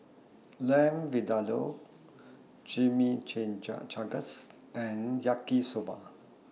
Lamb Vindaloo Chimichangas and Yaki Soba